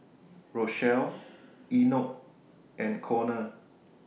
Rochelle Enoch and Konner